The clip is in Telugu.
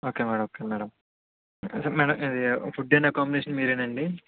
okay madam okay madam madam ఇది ఫుడ్ అండ్ అకామడేషను మీరేనా అండి